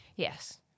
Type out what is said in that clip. Yes